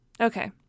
Okay